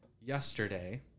yesterday